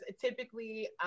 typically